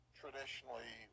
traditionally